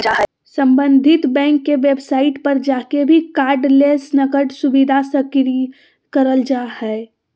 सम्बंधित बैंक के वेबसाइट पर जाके भी कार्डलेस नकद सुविधा सक्रिय करल जा हय